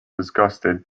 disgusted